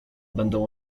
będę